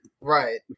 Right